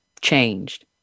changed